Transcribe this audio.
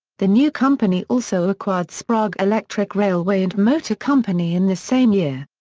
the new company also acquired sprague electric railway and motor company in the same year.